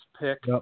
pick